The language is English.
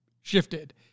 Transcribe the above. shifted